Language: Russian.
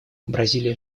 бразилия